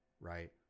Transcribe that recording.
right